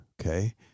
Okay